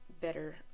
better